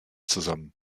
zusammen